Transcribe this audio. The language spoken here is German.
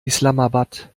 islamabad